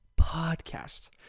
Podcast